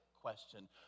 question